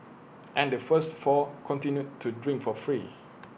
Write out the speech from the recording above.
and the first four continued to drink for free